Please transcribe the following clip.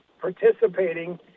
participating